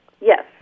Yes